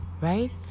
right